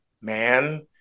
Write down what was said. man